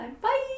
Bye